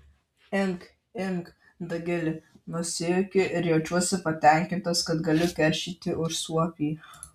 imk imk dagili nusijuokiu ir jaučiuosi patenkintas kad galiu keršyti už suopį